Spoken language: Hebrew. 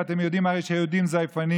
כי אתם יודעים הרי שהיהודים זייפנים,